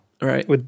Right